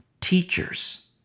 teachers